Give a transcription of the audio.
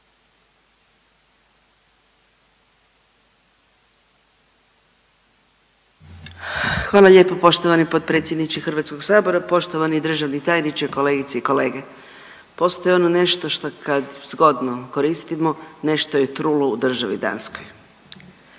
Hvala lijepa poštovani potpredsjedniče Hrvatskog sabora. Poštovani državni tajniče, kolegice i kolege, postoji ono nešto što kad zgodno koristimo nešto je trulo u državi Danskoj.